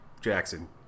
Jackson